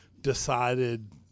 decided